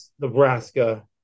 Nebraska